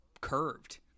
curved